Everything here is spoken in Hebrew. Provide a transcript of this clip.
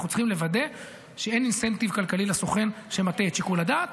אנחנו צריכים לוודא שאין אינסנטיב כלכלי לסוכן שמטה את שיקול הדעת.